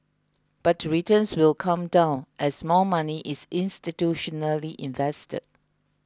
but returns will come down as more money is institutionally invested